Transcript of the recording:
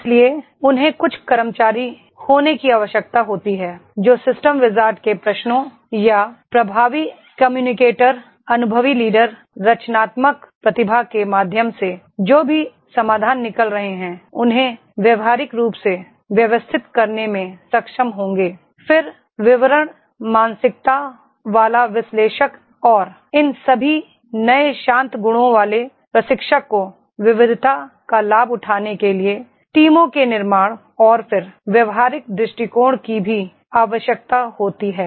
इसलिए उन्हें कुछ कर्मचारी होने की आवश्यकता होती है जो सिस्टम विजार्ड के प्रश्नों या प्रभावी कम्युनिकेटर अनुभवी लीडर रचनात्मक प्रतिभा के माध्यम से जो भी समाधान निकल रहे हैं उन्हें व्यावहारिक रूप से व्यवस्थित करने में सक्षम होंगे फिर विवरण मानसिकता वाला विश्लेषक और इन सभी नए शांत गुणों वाले प्रशिक्षक को विविधता का लाभ उठाने के लिए टीमों के निर्माण और फिर व्यावहारिक दृष्टिकोण की भी आवश्यकता होती है